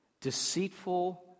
deceitful